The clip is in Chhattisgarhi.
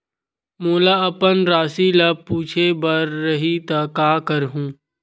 मोला अपन राशि ल पूछे बर रही त का करहूं?